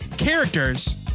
characters